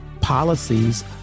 policies